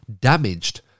damaged